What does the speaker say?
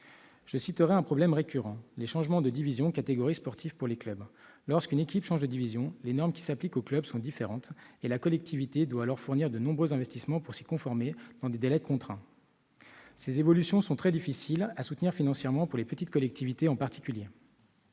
Je citerai un problème récurrent : les changements de divisions ou de catégories sportives pour les clubs. Lorsqu'une équipe change de division, les normes qui s'appliquent au club deviennent différentes et la collectivité doit alors fournir de nombreux investissements pour s'y conformer, dans des délais contraints. Ces évolutions sont très difficiles à assumer financièrement, en particulier pour les petites collectivités. Pour